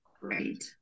Great